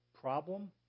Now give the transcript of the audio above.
problem